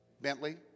Bentley